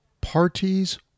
parties